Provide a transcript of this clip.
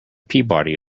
peabody